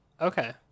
okay